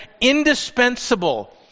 indispensable